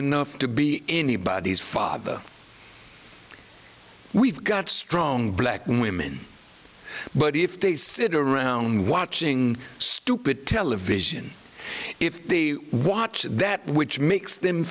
enough to be anybody's father we've got strong black women but if they sit around watching stupid television if they watch that which makes them